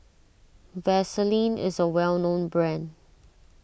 Vaselin is a well known brand